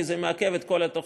כי זה מעכב את כל התוכנית,